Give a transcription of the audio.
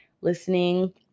listening